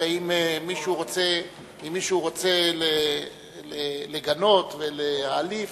שהרי אם מישהו רוצה לגנות ולהעליב,